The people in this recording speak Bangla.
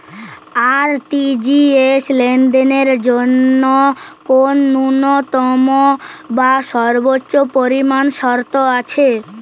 আর.টি.জি.এস লেনদেনের জন্য কোন ন্যূনতম বা সর্বোচ্চ পরিমাণ শর্ত আছে?